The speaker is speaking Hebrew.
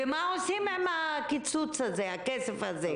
מה עושים עם הקיצוץ הזה, עם הכסף הזה?